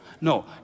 No